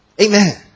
Amen